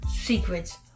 secrets